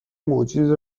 موجودی